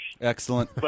Excellent